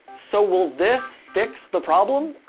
so will this fix the problem?